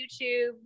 youtube